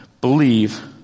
believe